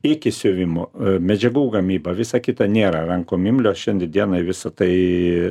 iki siuvimo medžiagų gamyba visa kita nėra rankom imlios šiandien dienai visa tai